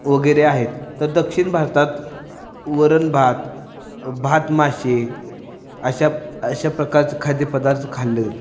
वगैरे आहेत तर दक्षिण भारतात वरणभात भात मासे अशा अशा प्रकारचे खाद्यपदार्थ खाल्ले जाते